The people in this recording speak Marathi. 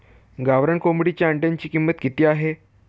गावरान कोंबडीच्या अंड्याची किंमत किती आहे?